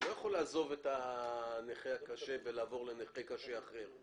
לא יכול לעזוב את הנכה הקשה ולעבור לנכה קשה אחר.